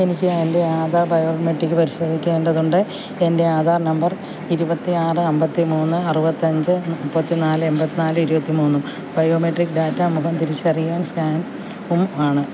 എനിക്ക് എൻ്റെ ആധാർ ബയോമെട്രിക്ക് പരിശോധിക്കേണ്ടതുണ്ട് എൻ്റെ ആധാർ നമ്പർ ഇരുപത്തി ആറ് അമ്പത്തി മൂന്ന് അറുപത്തഞ്ച് മുപ്പത്തി നാല് എൺപത്തി നാല് ഇരുപത്തി മൂന്നും ബയോമെട്രിക്ക് ഡാറ്റ മുഖം തിരിച്ചറിയൽ സ്കാനും ആണ്